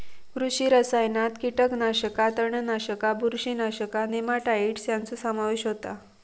कृषी रसायनात कीटकनाशका, तणनाशका, बुरशीनाशका, नेमाटाइड्स ह्यांचो समावेश होता